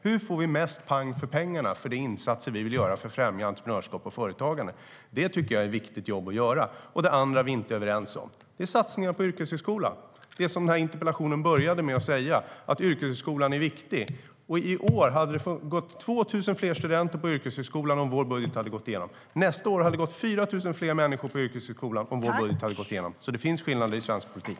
Hur får vi mest pang för pengarna för de insatser som vi vill göra för att främja entreprenörskap och företagande? Det tycker jag är ett viktigt jobb att göra. Det andra som vi inte är överens om är satsningar på yrkeshögskolan, det som den här interpellationen började med att säga, att yrkeshögskolan är viktig. I år hade det gått 2 000 fler studenter på yrkeshögskolan om vår budget hade gått igenom. Nästa år hade det gått 4 000 fler människor på yrkeshögskolan om vår budget hade gått igenom. Det finns skillnader i svensk politik.